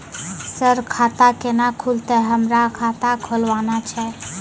Sir खाता केना खुलतै, हमरा खाता खोलवाना छै?